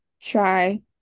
try